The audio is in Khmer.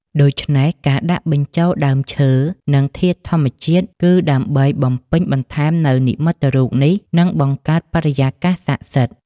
ដូច្នេះ ការដាក់បញ្ចូលដើមឈើ និងធាតុធម្មជាតិ គឺដើម្បីបំពេញបន្ថែមនូវនិមិត្តរូបនេះ និងបង្កើតបរិយាកាសស័ក្តិសិទ្ធិ។